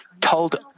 told